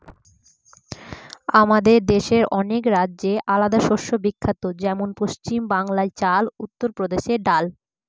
আমাদের দেশের অনেক রাজ্যে আলাদা শস্য বিখ্যাত যেমন পশ্চিম বাংলায় চাল, উত্তর প্রদেশে ডাল